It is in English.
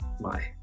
bye